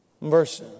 Verse